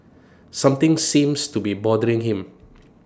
something seems to be bothering him